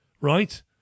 Right